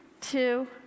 two